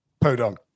podunk